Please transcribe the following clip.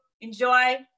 Enjoy